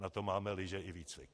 Na to máme lyže i výcvik!